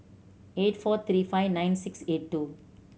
eight four three five nine six eight two